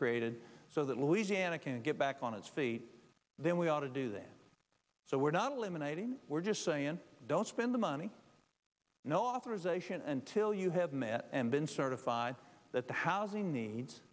created so that louisiana can get back on its feet then we ought to do this so we're not eliminating we're just saying don't spend the money no authorization until you have met and been certified that the housing needs